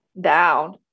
down